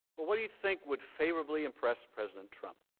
but what do you think would favorably impressed president trump?